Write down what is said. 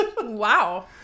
Wow